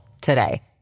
today